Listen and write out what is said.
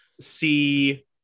see